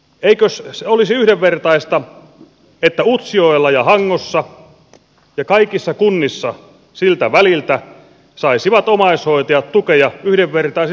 eikös se olisi yhdenvertaista että utsjoella ja hangossa ja kaikissa kunnissa siltä väliltä saisivat omaishoitajat tukea yhdenvertaisin perustein